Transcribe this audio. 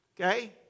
okay